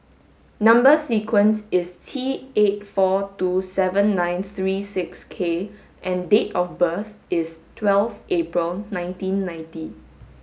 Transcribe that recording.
number sequence is T eight four two seven nine three six K and date of birth is twelve April nineteen ninty